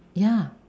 ya